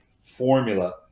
formula